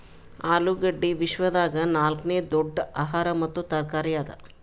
ಆಲೂಗಡ್ಡಿ ವಿಶ್ವದಾಗ್ ನಾಲ್ಕನೇ ದೊಡ್ಡ ಆಹಾರ ಮತ್ತ ತರಕಾರಿ ಅದಾ